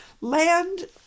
land